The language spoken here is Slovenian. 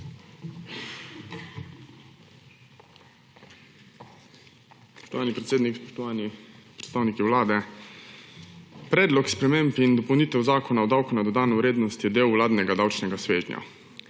Predlog sprememb in dopolnitev Zakona o davku na dodano vrednost je del vladnega davčnega svežnja.